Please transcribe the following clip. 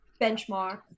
benchmark